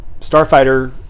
starfighter